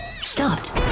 stopped